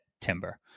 timber